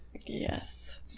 Yes